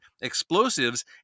explosives